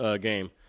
game